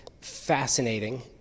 fascinating